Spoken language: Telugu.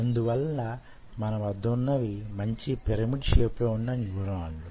అందువలన మన వద్దనున్నవి మంచి పిరమిడ్ షేపులో వున్న న్యురాన్లు